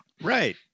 Right